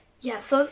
Yes